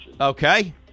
Okay